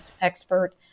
expert